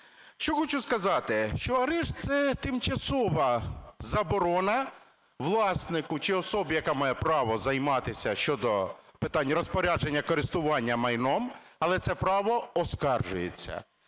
Що хочу сказати? Що арешт – це тимчасова заборона власнику чи особі, яка має право займатися щодо питань розпорядження, користування майном, але це право оскаржується.